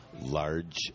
large